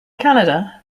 canada